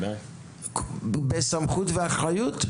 בסמכות ואחריות?